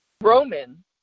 Roman